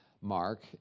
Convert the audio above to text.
Mark